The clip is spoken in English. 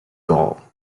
gaul